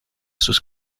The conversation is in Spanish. sus